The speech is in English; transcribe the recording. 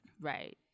right